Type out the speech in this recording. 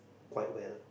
quite well